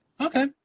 Okay